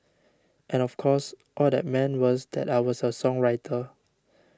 and of course all that meant was that I was a songwriter